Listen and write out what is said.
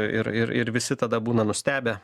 ir ir ir visi tada būna nustebę